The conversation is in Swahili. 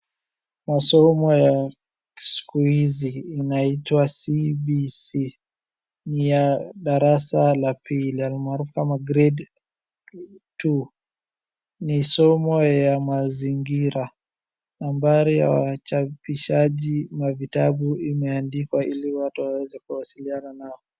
Masomo ya siku hizi inaitwa CBC ni ya darasa la pili almaarufu kama grade 2 , ni somo ya mazingira, nambari ya wachapishaji wa vitabu imeandikwa ili watu waweze kuwasiliana nao.